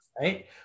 right